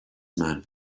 man